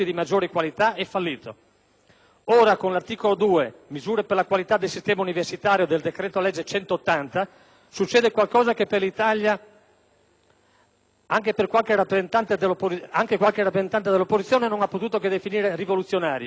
Ora, con l'articolo 2 (Misure per la qualità del sistema universitario) del decreto-legge n. 180 del 2008, succede qualcosa che per l'Italia anche qualche rappresentante dell'opposizione non ha potuto che definire rivoluzionario. Il suddetto articolo